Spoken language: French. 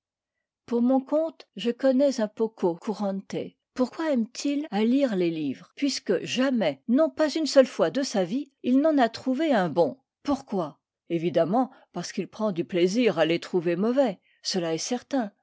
pour mon compte je connais un pococurante pourquoi aime-t-il à lire les livres puisque jamais non pas une seule fois de sa vie il n'en a trouvé un bon pourquoi évidemment parce qu'il prend du plaisir à les trouver mauvais cela est certain